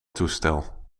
toestel